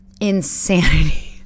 insanity